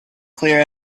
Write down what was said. clear